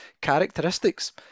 characteristics